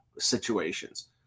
situations